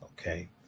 Okay